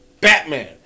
Batman